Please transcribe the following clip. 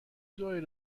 دعایی